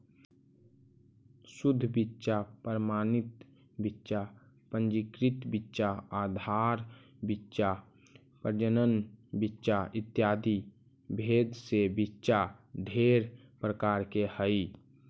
शुद्ध बीच्चा प्रमाणित बीच्चा पंजीकृत बीच्चा आधार बीच्चा प्रजनन बीच्चा इत्यादि भेद से बीच्चा ढेर प्रकार के हई